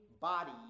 body